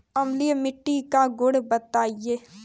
अम्लीय मिट्टी का गुण बताइये